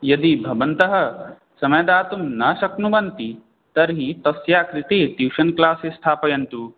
यदि भवन्तः समयं दातुं न शक्नुवन्ति तर्हि तस्याः कृते ट्यूशन् क्लास् स्थापयन्तु